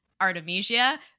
Artemisia